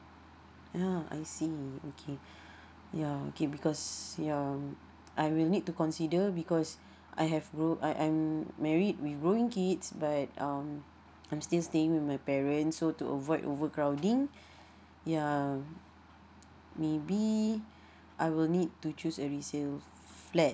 ha I see okay ya okay because yeah I will need to consider because I have I am married with growing kids but um I'm still staying with my parents so to avoid overcrowding ya maybe I will need to choose a resale flat